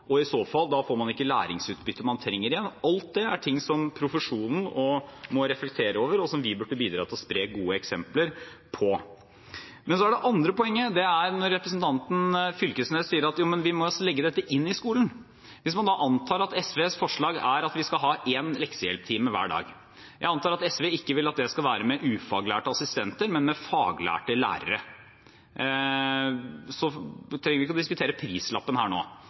og i så fall at man da ikke får det læringsutbyttet man trenger? Alt det er ting som profesjonen må reflektere over, og som vi burde bidra til å spre gode eksempler på. Men så det andre poenget: Representanten Fylkesnes sier at vi må legge dette inn i skolen. Hvis man antar at SVs forslag er at vi skal ha én leksehjelptime hver dag – jeg antar at SV ikke vil at det skal være med ufaglærte assistenter, men med faglærte lærere, og vi trenger ikke å diskutere prislappen her nå